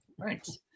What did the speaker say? Thanks